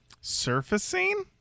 surfacing